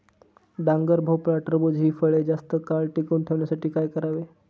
डांगर, भोपळा, टरबूज हि फळे जास्त काळ टिकवून ठेवण्यासाठी काय करावे?